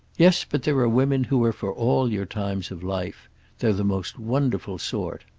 yes, but there are women who are for all your times of life they're the most wonderful sort.